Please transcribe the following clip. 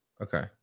Okay